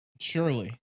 Surely